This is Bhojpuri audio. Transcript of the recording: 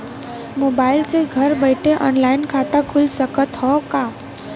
मोबाइल से घर बैठे ऑनलाइन खाता खुल सकत हव का?